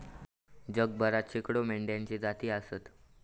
जगभरात शेकडो मेंढ्यांच्ये जाती आसत